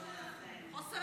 הסוף שלכם.